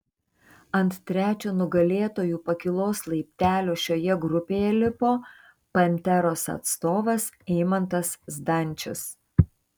ant trečio nugalėtojų pakylos laiptelio šioje grupėje lipo panteros atstovas eimantas zdančius